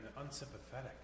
unsympathetic